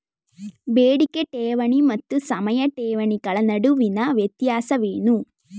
ಬೇಡಿಕೆ ಠೇವಣಿ ಮತ್ತು ಸಮಯ ಠೇವಣಿಗಳ ನಡುವಿನ ವ್ಯತ್ಯಾಸವೇನು?